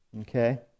Okay